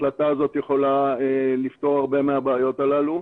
החלטה זאת יכולה לפתור הרבה מהבעיות הללו.